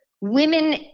women